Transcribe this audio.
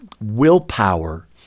willpower